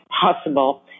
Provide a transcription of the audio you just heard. possible